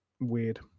weird